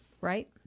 Right